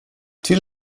till